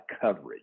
coverage